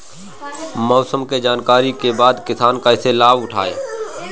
मौसम के जानकरी के बाद किसान कैसे लाभ उठाएं?